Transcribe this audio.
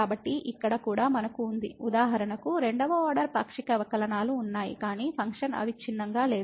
కాబట్టి ఇక్కడ కూడా మనకు కనబడుతుంది ఉదాహరణకు రెండవ ఆర్డర్ పాక్షిక అవకలనాలు ఉన్నాయి కానీ ఫంక్షన్ అవిచ్ఛిన్నంగా లేదు